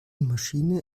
maschine